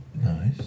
Nice